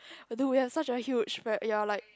although we have such a huge but we are like